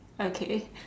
okay